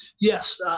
yes